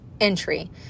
entry